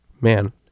Man